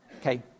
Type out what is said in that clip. Okay